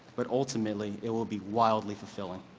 but ultimately it will be wildly fulfilling.